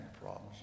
problems